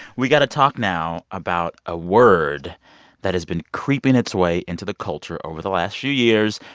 we got to talk now about a word that has been creeping its way into the culture over the last few years,